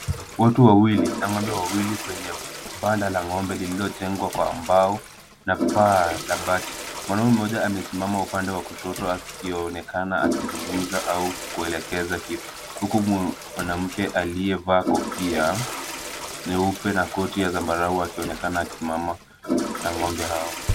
Watu wawili, na ng'ombe wawili kwenye banda la ng'ombe lililotengwa kwa ambao na paa la bati. Mwanamume mmoja amesimama upande wa kushoto akionekana akizungumza au kuelekeza pipa. Huku mwanamke aliyevaa kofia nyeupe na koti ya zambarau akionekana akisimama na ng'ombe hao.